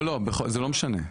זה לא משנה.